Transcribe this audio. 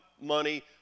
money